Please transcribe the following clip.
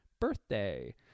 birthday